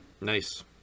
nice